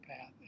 path